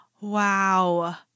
Wow